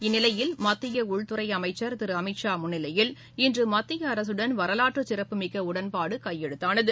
இந்நிலையில் மத்திய உள்துறை திரு அமித்ஷா முன்னிலையில் இன்று மத்திய அரசுடன் வரலாற்று சிறப்பு மிக்க அமைச்சர் உடன்பாடு கையெழுத்தானது